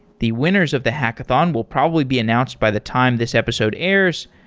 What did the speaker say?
the winners of the hackathon will probably be announced by the time this episode airs,